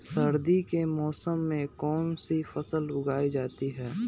सर्दी के मौसम में कौन सी फसल उगाई जाती है?